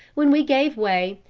when we gave way,